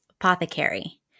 Apothecary